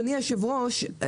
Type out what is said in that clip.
אדוני היושב-ראש,